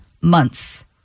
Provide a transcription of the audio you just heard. months